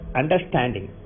understanding